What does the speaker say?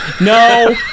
No